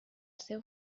seu